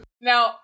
Now